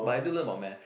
but I do learn about math